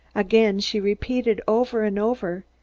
again she repeated over and over,